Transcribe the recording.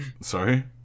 Sorry